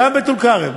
גם בטול-כרם.